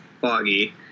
foggy